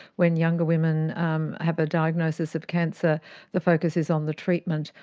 when younger women um have a diagnosis of cancer the focus is on the treatment,